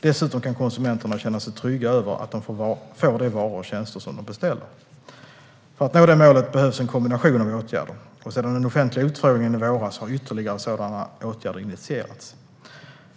Dessutom kan konsumenterna känna sig trygga med att de får de varor och tjänster som de beställer. För att nå detta mål behövs en kombination av åtgärder, och sedan den offentliga utfrågningen i våras har ytterligare sådana åtgärder initierats.